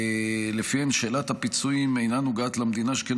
שלפיהן שאלת הפיצויים אינה נוגעת למדינה שכן